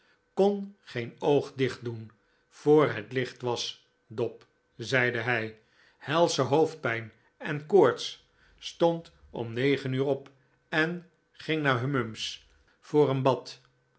kon geen oog dicht doen voor het licht was dob zeide hij helsche hoofdpijn en koorts stond om negen uur op en ging naar hummums voor een bad